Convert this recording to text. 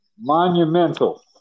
monumental